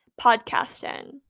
podcasting